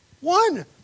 one